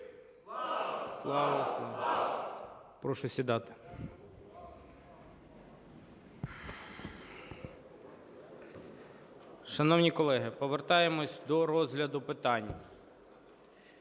мовчання) Прошу сідати. Шановні колеги, повертаємось до розгляду питань.